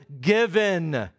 given